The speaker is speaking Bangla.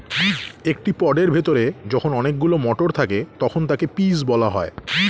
একটি পডের ভেতরে যখন অনেকগুলো মটর থাকে তখন তাকে পিজ বলা হয়